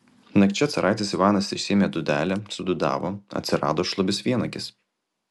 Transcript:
nakčia caraitis ivanas išsiėmė dūdelę sudūdavo atsirado šlubis vienakis